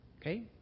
Okay